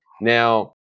Now